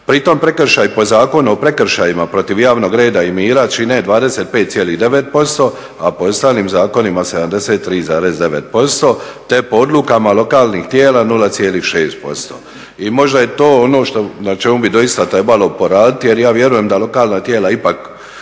pritom prekršaji po Zakonu o prekršajima protiv javnog reda i mira čine 25,9% a po ostalim zakonima 73,9%, te po odlukama lokalnih tijela 0,6% i možda je to ono što, na čemu bi doista trebalo poraditi jer ja vjerujem da lokalna tijela ipak